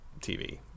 TV